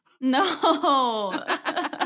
No